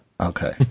Okay